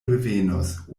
revenos